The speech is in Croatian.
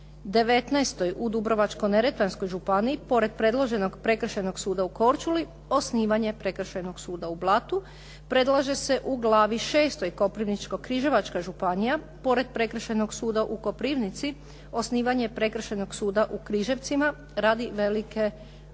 XIX u Dubrovačko-neretvanskoj županiji pored predloženog Prekršajnog suda u Korčuli osnivanje Prekršajnog suda u Blatu. Predlaže se u glavi VI Koprivničko-križevačka županija pored Prekršajnog suda u Koprivnici osnivanje Prekršajnog suda u Križevcima radi velike udaljenosti